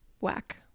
Whack